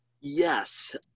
Yes